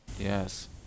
yes